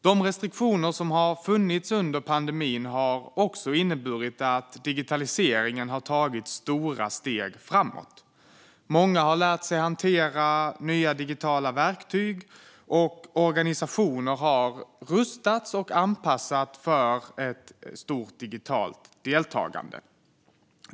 De restriktioner som har funnits under pandemin har även inneburit att digitaliseringen har tagit stora steg framåt - många har lärt sig att hantera nya digitala verktyg, och organisationer har rustat för och anpassat sig till ett stort digitalt deltagande.